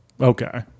Okay